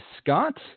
Scott